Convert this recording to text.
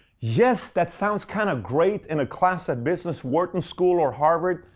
yes, that sounds kind of great, in a class at business wharton school or harvard,